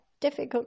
difficult